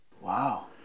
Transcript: wow